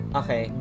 okay